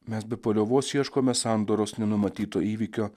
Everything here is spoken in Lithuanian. mes be paliovos ieškome sandoros nenumatyto įvykio